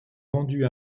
vendu